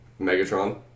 Megatron